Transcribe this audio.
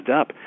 up